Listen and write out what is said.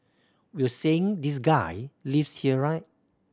we were saying this guy lives here right